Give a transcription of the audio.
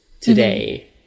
today